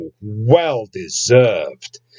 well-deserved